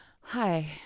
hi